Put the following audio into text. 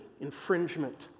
infringement